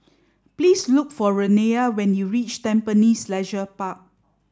please look for Renea when you reach Tampines Leisure Park